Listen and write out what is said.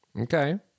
Okay